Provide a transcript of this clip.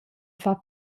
far